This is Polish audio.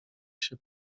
się